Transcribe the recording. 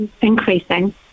increasing